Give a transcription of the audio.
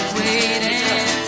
waiting